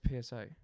PSA